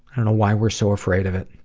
i don't know why we're so afraid of it.